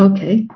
Okay